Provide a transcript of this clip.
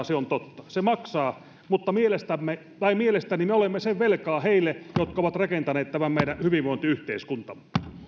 se on totta se maksaa mutta mielestäni me olemme sen velkaa heille jotka ovat rakentaneet tämän meidän hyvinvointiyhteiskuntamme